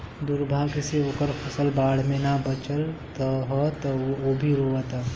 दुर्भाग्य से ओकर फसल बाढ़ में ना बाचल ह त उ अभी रोओता